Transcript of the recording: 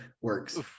works